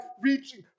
reaching